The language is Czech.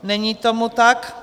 Není tomu tak.